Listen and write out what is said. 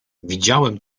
widziałem